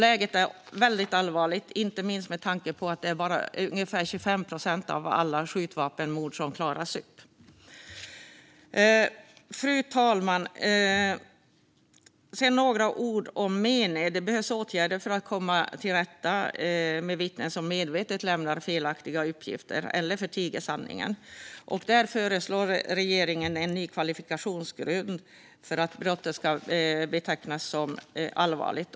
Läget är väldigt allvarligt, inte minst med tanke på att bara ungefär 25 procent av alla skjutvapenmord klaras upp. Fru talman! Jag vill säga några ord om mened. Det behövs åtgärder för att komma till rätta med vittnen som medvetet lämnar felaktiga uppgifter eller förtiger sanningen. Regeringen föreslår en ny kvalifikationsgrund för att brottet ska betecknas som allvarligt.